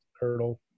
hurdle